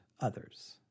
others